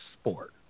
sport